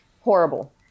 Horrible